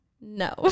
No